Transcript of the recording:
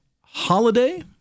Holiday